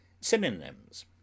Synonyms